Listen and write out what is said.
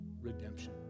redemption